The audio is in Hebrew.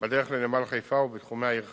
בדרך לנמל חיפה ובתחומי העיר חיפה.